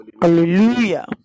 Hallelujah